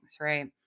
right